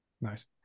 nice